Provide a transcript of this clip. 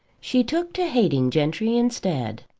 she took to hating gentry instead.